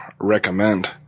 Recommend